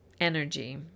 energy